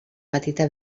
petita